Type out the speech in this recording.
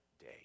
day